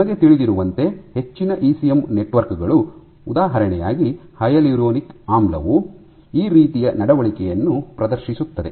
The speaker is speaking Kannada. ನಿಮಗೆ ತಿಳಿದಿರುವಂತೆ ಹೆಚ್ಚಿನ ಇಸಿಎಂ ನೆಟ್ವರ್ಕ್ ಗಳು ಉದಾಹರಣೆಯಾಗಿ ಹೈಲುರಾನಿಕ್ ಆಮ್ಲವು ಈ ರೀತಿಯ ನಡವಳಿಕೆಯನ್ನು ಪ್ರದರ್ಶಿಸುತ್ತದೆ